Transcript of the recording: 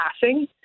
passing